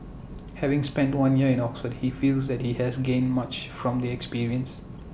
having spent one year in Oxford he feels that he has gained much from the experience